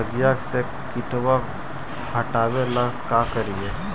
सगिया से किटवा हाटाबेला का कारिये?